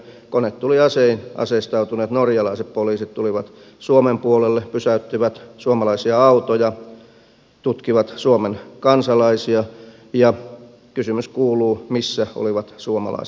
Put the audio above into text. konetuliasein aseistautuneet norjalaiset poliisit tulivat suomen puolelle pysäyttivät suomalaisia autoja tutkivat suomen kansalaisia kysymys kuuluu missä olivat suomalaiset poliisit